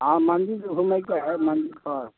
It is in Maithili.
हँ मन्दिर घुमैके हइ मन्दिरसब